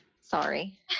Sorry